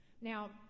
Now